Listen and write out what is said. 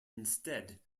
instead